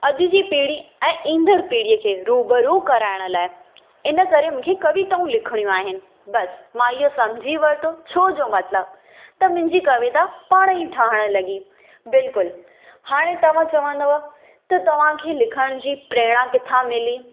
अॼ जी पीढ़ी ऐं ईंदड़ु पीढ़ीअ खे रुबरु करायण लाइ इन करे मूंखे कविताऊं लिखणियूं आहिनि बसि मां इहो सम्झी वरितो छो जो मतिलबु त मिंजी कविता पाणे ई ठहणु लॻी बिल्कुलु हाणे तव्हां चवंदव त तव्हांखे लिखण जी प्रेरणा किथां मिली